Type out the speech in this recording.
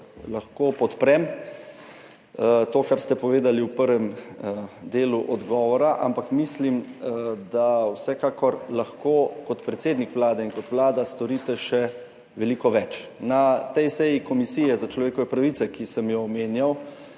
lahko podprem to, kar ste povedali v prvem delu odgovora, ampak mislim, da vsekakor lahko kot predsednik Vlade in kot vlada storite še veliko več. Na tej seji Komisije za človekove pravice, ki sem jo omenjal,